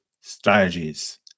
strategies